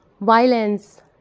Violence